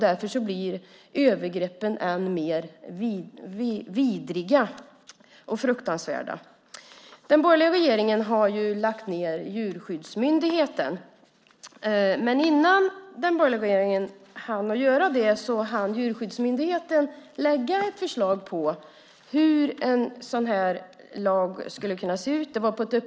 Därför blir övergreppen än mer vidriga och fruktansvärda. Den borgerliga regeringen har lagt ned Djurskyddsmyndigheten, men innan den borgerliga regeringen hann göra det hann Djurskyddsmyndigheten lägga fram ett förslag om hur en sådan här lag skulle kunna se ut.